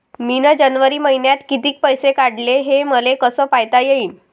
मिन जनवरी मईन्यात कितीक पैसे काढले, हे मले कस पायता येईन?